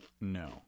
no